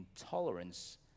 intolerance